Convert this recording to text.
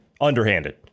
Underhanded